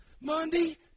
Monday